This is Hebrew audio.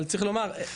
אבל צריך לומר,